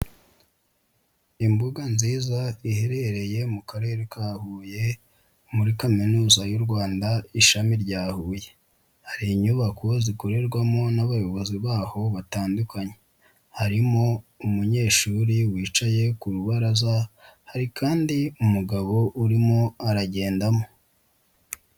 Imbuga nziza iherereye mu Karere ka Huye muri Kaminuza y'u Rwanda ishami rya Huye, hari inyubako zikorerwamo n'abayobozi baho batandukanye, harimo umunyeshuri wicaye ku rubaraza hari kandi umugabo urimo aragendamo.